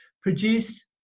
produced